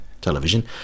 television